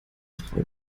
frau